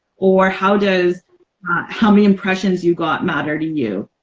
or how does how many impressions you got matter to you?